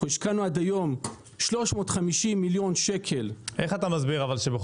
השקענו עד היום 350 מיליון שקל --- אז איך אתה מסביר את זה?